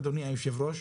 אדוני היושב-ראש,